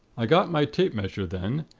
i got my tape measure then,